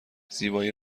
زیبایی